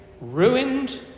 ruined